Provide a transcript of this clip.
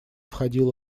входил